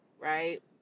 right